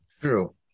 true